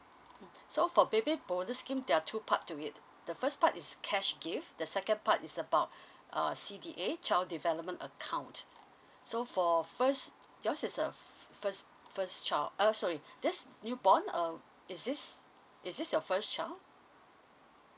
mm so for baby bonus scheme there are two part to it the first part is cash gift the second part is about uh C_D_A child development account so for first yours is uh first first child uh sorry this new born err is this is this your first child